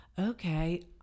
Okay